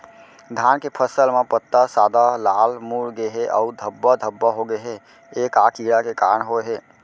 धान के फसल म पत्ता सादा, लाल, मुड़ गे हे अऊ धब्बा धब्बा होगे हे, ए का कीड़ा के कारण होय हे?